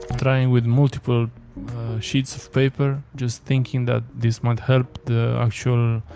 trying with multiple sheets of paper. just thinking that this might help the actual